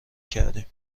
کردیم